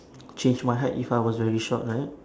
change my height if I was very short right